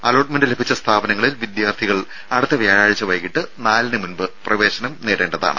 allotment ലഭിച്ച സ്ഥാപനങ്ങളിൽ വിദ്യാർത്ഥികൾ അടുത്ത വ്യാഴാഴ്ച്ച വൈകീട്ട് നാലിനു മുൻപ് പ്രവേശനം നേടേണ്ടതാണ്